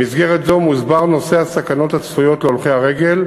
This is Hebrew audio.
במסגרת זו מוסבר נושא הסכנות הצפויות להולכי הרגל,